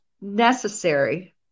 necessary